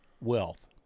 wealth